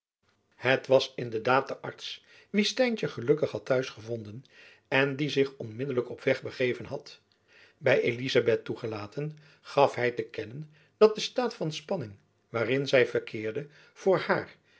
het was in de daad de arts wien stijntjen gelukkig had t'huis gevonden en die zich onmiddelijk op weg begeven had by elizabeth toegelaten gaf hy te kennen dat de staat van spanning waarin zy verkeerde voor haar